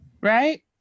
Right